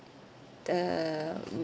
the